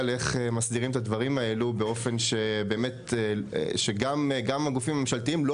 לאיך מסדירים את הדברים האלו באופן שגם הגופים הממשלתיים לא